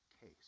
case